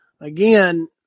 again